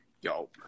Yo